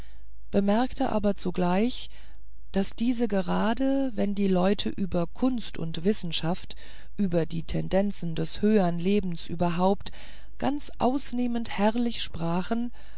bemerkte aber zugleich daß diese gerade wenn die leute über kunst und wissenschaft über die tendenzen des höhern lebens überhaupt ganz ausnehmend herrlich sprachen